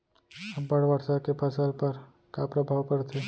अब्बड़ वर्षा के फसल पर का प्रभाव परथे?